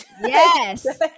Yes